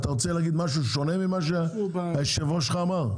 להגיד משהו שונה ממה שאמר היושב-ראש שלך?